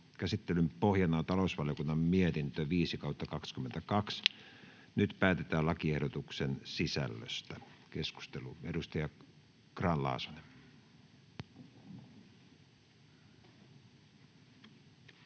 Käsittelyn pohjana on talousvaliokunnan mietintö TaVM 5/2022 vp. Nyt päätetään lakiehdotuksen sisällöstä. — Keskustelu, edustaja Grahn-Laasonen.